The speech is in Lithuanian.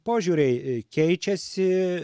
požiūriai keičiasi